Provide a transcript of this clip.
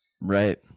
Right